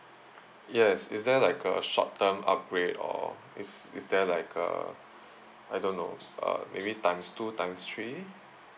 yes is there like a short term upgrade or it's it's there like a I don't know uh maybe times two times three